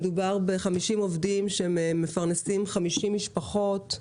מדובר ב-50 עובדים שמפרנסים 50 משפחות,